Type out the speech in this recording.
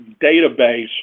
database